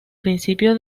principio